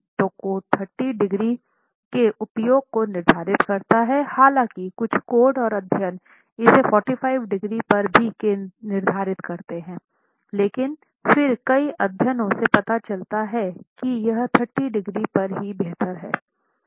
तो code 30 degree के उपयोग को निर्धारित करता है हालांकि कुछ कोड और अध्ययन इसे 45 डिग्री पर भी निर्धारित करते हैं लेकिन फिर कई अध्ययनों से पता चला है कि यह 30 डिग्री पर ही बेहतर है